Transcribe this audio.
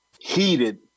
heated